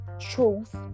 truth